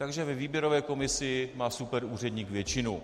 Takže ve výběrové komisi má superúředník většinu.